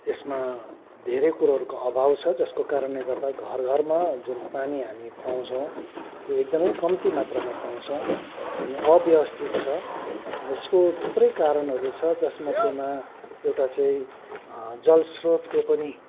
यसमा धेरै कुरोहरूको अभाव छ जसको कारणले गर्दा घर घरमा जुन पानी हामी पाउँछौँ त्यो एकदमै कम्ती मात्रामा पाउँछौँ अनि अव्यवस्थित छ यसको थुप्रै कारणहरू छ जसमध्येमा एउटा चाहिँ जल स्रोतको पनि